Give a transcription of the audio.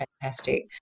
fantastic